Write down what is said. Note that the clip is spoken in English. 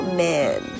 man